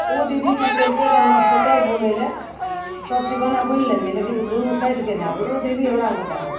ओ दीदी कि केलकै तऽ हमरा सोइटर बुनै ले सबचीज बना बुनि लेलिए लेकिन दुनू साइडके नहि आबै रहै ओ दीदी हमरा बतै देलकै